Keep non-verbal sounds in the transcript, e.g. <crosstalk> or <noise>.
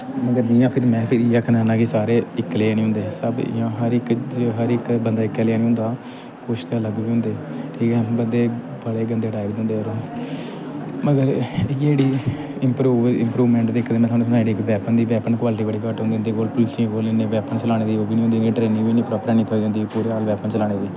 मगर जि'यां फिर में फिर इ'यै आखना चाह्न्नां कि सारे इक जनेहे निं होंदे सबइ'यां हर इक ज हर इक बंदा इक्कै जनेहा निं होंदा कुछ ते अलग बी होंदे ठीक ऐ बंदे बड़े गंदे टाइप दे होंदे होर मगर इ'यै जेह्ड़ी इम्प्रूव इंप्रूवमैंट ते इक ते में थुहानूं सनाई ओड़ी इक बैपन दी बैपन क्वालिटी बड़ी घट्ट होंदी इं'दे कोल पुलसियें कोल इन्ने बैपन चलाने दी ओह् बी निं होंदी इ'नें गी ट्रेनिंग बी निं प्रापर हैन्नी थ्होई दी होंदी <unintelligible> बैपन चलाने दी